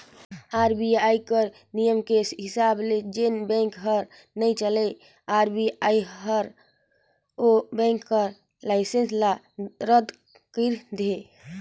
RBI कर नियम के हिसाब ले जेन बेंक हर नइ चलय आर.बी.आई हर ओ बेंक कर लाइसेंस ल रद कइर देथे